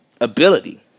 ability